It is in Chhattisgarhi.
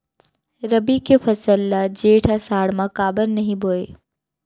रबि के फसल ल जेठ आषाढ़ म काबर नही बोए?